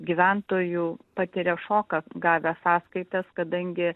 gyventojų patiria šoką gavę sąskaitas kadangi